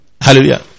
Hallelujah